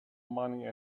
money